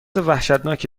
وحشتناکی